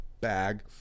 bag